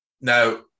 Now